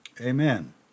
Amen